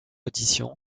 audition